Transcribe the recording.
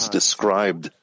described